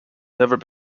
never